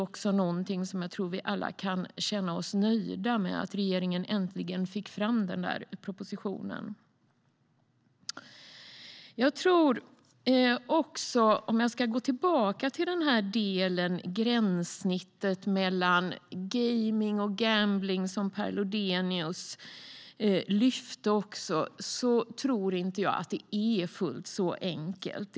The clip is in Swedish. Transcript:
Jag tror att vi alla kan känna oss nöjda med att regeringen äntligen fick fram den där propositionen. Spel och folk-bildningsfrågor Jag ska gå tillbaka till frågan om gränsen mellan gaming och gambling, som Per Lodenius tog upp. Jag tror inte att det är fullt så enkelt.